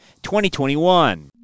2021